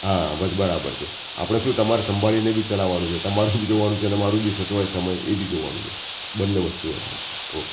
હા બસ બરાબર છે આપણે શું તમારે સંભાળીને બી ચલાવવાનું છે તમારું બી જોવાનું છે અને મારું બી સચવાય સમય એ બી જોવાનું છે બન્ને વસ્તુ છે હા હા ઓકે